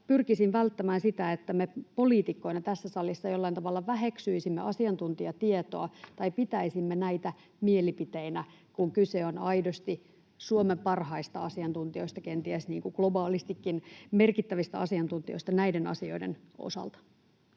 pyrkisin välttämään sitä, että me poliitikkoina tässä salissa jollain tavalla väheksyisimme asiantuntijatietoa tai pitäisimme näitä mielipiteinä, kun kyse on aidosti Suomen parhaista asiantuntijoista, kenties globaalistikin merkittävistä asiantuntijoista näiden asioiden osalta.